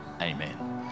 amen